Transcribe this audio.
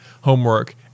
homework